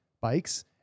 bikes